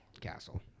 Castle